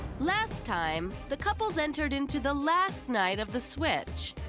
last time, the couples entered into the last night of the switch.